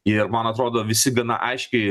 ir man atrodo visi gana aiškiai